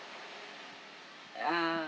uh